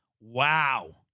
Wow